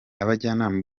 abajyanama